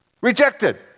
rejected